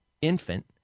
infant